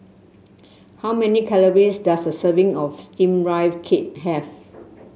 how many calories does a serving of steamed Rice Cake have